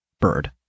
Bird